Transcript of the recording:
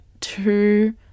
two